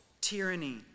tyranny